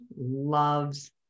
loves